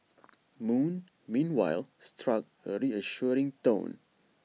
moon meanwhile struck A reassuring tone